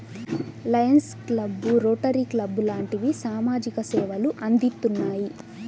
Lions club, Rotary club లాంటివి సామాజిక సేవలు అందిత్తున్నాయి